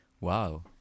Wow